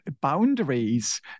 boundaries